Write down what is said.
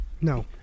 No